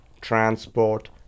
transport